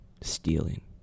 Stealing